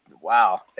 Wow